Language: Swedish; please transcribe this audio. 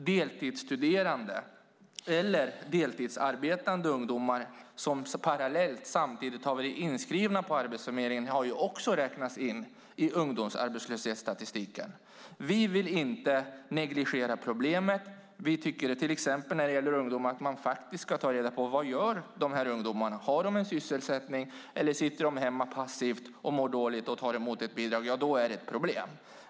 Deltidsstuderande och deltidsarbetande ungdomar som samtidigt har varit inskrivna på Arbetsförmedlingen har också räknats in i ungdomsarbetslöshetsstatistiken. Vi vill inte negligera problemet. Till exempel när det gäller ungdomar tycker vi att man faktiskt ska ta reda på vad de gör. Har de en sysselsättning? Eller sitter de hemma passivt och mår dåligt och tar emot ett bidrag? Då är det ett problem.